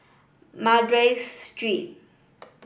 Madras Street